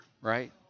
right